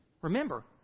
Remember